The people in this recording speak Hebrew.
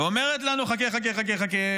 ואומרת לנו: חכה חכה חכה,